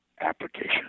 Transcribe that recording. application